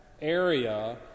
area